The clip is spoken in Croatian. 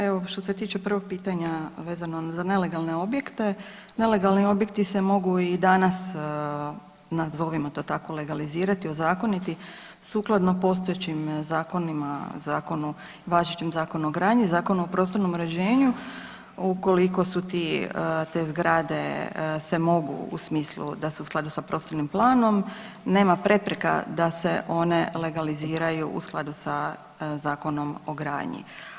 Evo što se tiče prvog pitanja vezano za nelegalne objekte, nelegalni objekti se mogu i danas, nazovimo to tako, legalizirati, ozakoniti sukladno postojećim zakonima, važećem Zakon o gradnji, Zakonu o prostornom uređenju ukoliko te zgrade se mogu u smislu da su u skladu sa prostornim planom, nema prepreka da se one legaliziraju u skladu sa Zakonom o gradnji.